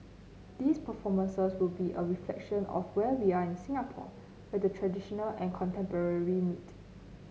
these performances will be a reflection of where we are in Singapore where the traditional and contemporary meet